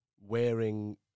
wearing